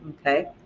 Okay